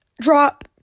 drop